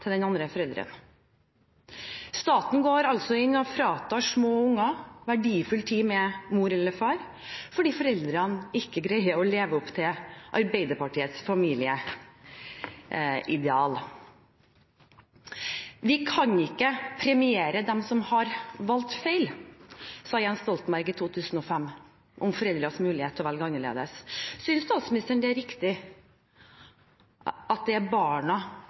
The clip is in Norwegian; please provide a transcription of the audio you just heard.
til den andre forelderen. Staten går altså inn og fratar små unger verdifull tid med mor eller far fordi foreldrene ikke greier å leve opp til Arbeiderpartiets familieideal. Vi kan ikke premiere dem som har valgt feil, sa Jens Stoltenberg i 2005 om foreldres mulighet til å velge annerledes. Synes statsministeren det er riktig at det er barna